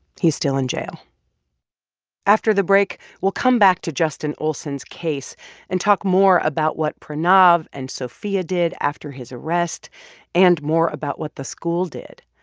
he's still in jail after the break, we'll come back to justin olsen's case and talk more about what pranav and sophia did after his arrest and more about what the school did.